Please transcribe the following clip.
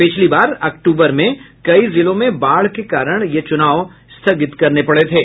पिछली बार अक्टूबर में कई जिलों में बाढ़ के कारण ये चुनाव स्थगित करने पड़े थे